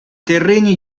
terreni